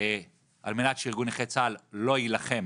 מוסמך על מנת שארגון נכי צה"ל לא יילחם